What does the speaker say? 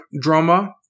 drama